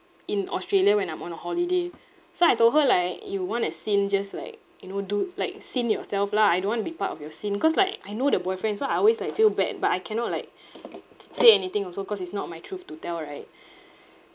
in australia when I'm on a holiday so I told her like you want to sin just like you know do like sin yourself lah I don't want to be part of your sin cause like I know the boyfriend so I always like feel bad but I cannot like t~ say anything also cause it's not my truth to tell right